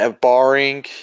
Barring